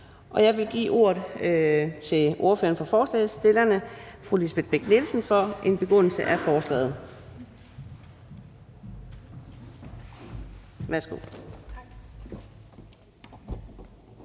Jeg vil give ordet til ordføreren for forslagsstillerne, fru Lisbeth Bech-Nielsen, for en begrundelse af forslaget.